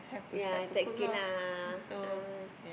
ya it's like ah ah